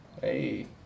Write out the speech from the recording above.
Hey